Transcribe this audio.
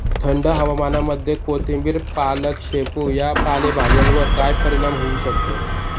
थंड हवामानामध्ये कोथिंबिर, पालक, शेपू या पालेभाज्यांवर काय परिणाम होऊ शकतो?